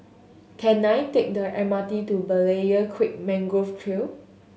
can I take the M R T to Berlayer Creek Mangrove Trail